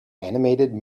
animated